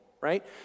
right